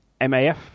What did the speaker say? MAF